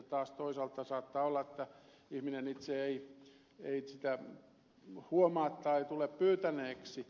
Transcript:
taas toisaalta saattaa olla että ihminen itse ei sitä huomaa tai tule pyytäneeksi